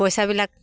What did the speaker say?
পইচা বিলাক